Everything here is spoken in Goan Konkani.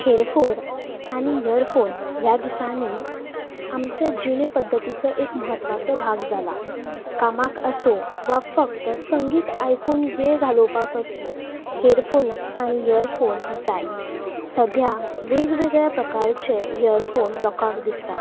हेडफोन आनी इयरफोन ह्या दिसांनी आमच्या जिणे पद्दतीचो एक म्हत्वाचो भाग जाला कामाक आसूं वा फक्त संगीत आयकून वेळ घालोवपाक आसूं हेडफोन आनी इयरफोन जाय सद्याक वेगवेगळ्या प्रकाराचे इयरफोन लोकांक दिसतात